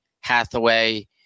Hathaway